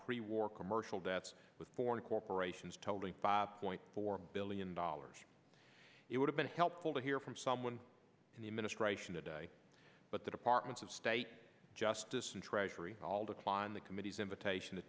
a war commercial debts with foreign corporations told in five point four billion dollars it would have been helpful to hear from someone in the administration today but the departments of state justice and treasury all declined the committee's invitation to